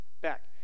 back